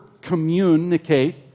communicate